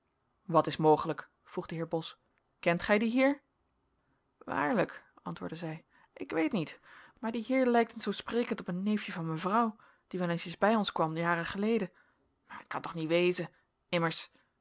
wat is mogelijk vroeg de heer bos kent gij dien heer waarlijk antwoordde zij ik weet niet maar die heer lijktent zoo sprekend op een neefje van mevrouw die wel eensjes bij ons kwam jaren geleden maar het kan toch niet wezen